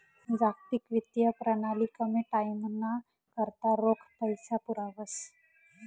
जागतिक वित्तीय प्रणाली कमी टाईमना करता रोख पैसा पुरावस